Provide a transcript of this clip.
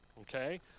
Okay